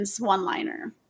one-liner